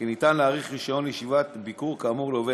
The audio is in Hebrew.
כי אפשר להאריך רישיון לישיבת ביקור כאמור לעובד